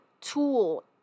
tool